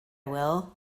will